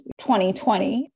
2020